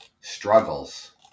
struggles